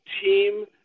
team